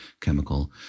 chemical